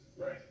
right